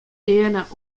earne